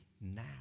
now